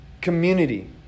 community